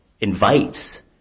invites